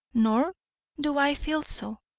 nor do i feel so,